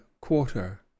quarter